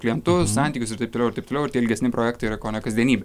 klientus santykius ir taip toliau ir taip toliau ir ilgesni projektai yra kone kasdienybė